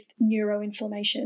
neuroinflammation